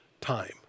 time